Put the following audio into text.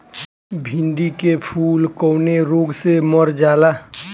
भिन्डी के फूल कौने रोग से मर जाला?